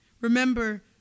Remember